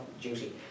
duty